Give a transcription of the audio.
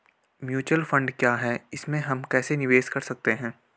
Mutual fund क्या है इसमें हम कैसे निवेश कर सकते हैं?